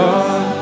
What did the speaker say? God